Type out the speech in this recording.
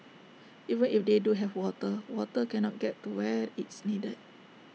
even if they do have water water cannot get to where it's needed